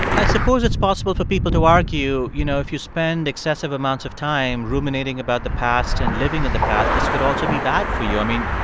i suppose it's possible for people to argue, you know, if you spend excessive amounts of time ruminating about the past and living in the past, this could also be bad for you. i mean,